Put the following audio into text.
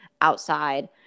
outside